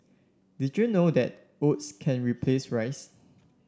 did you know that oats can replace rice